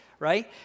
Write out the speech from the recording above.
Right